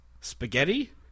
spaghetti